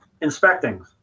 inspecting